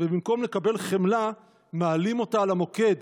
ובמקום לקבל חמלה, מעלים אותה על המוקד.